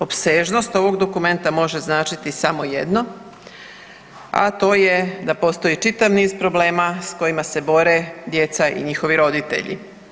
Opsežnost ovog dokumenta može značiti samo jedno, a to je da postoji čitav niz problema s kojima se bore djeca i njihovi roditelji.